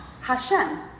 Hashem